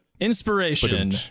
Inspiration